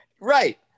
right